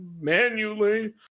manually